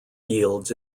yields